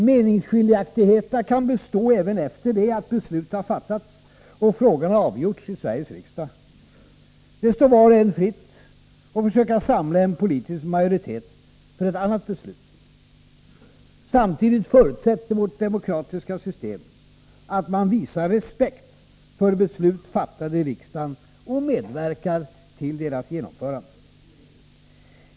Meningsskiljaktigheterna kan bestå även efter det att beslut har fattats och frågan har avgjorts i Sveriges riksdag. Det står var och en fritt att försöka samla en politisk majoritet för ett annat beslut. Samtidigt förutsätter vårt demokratiska system att man visar respekt för beslut fattade i riksdagen och medverkar till deras genomförande.